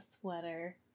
sweater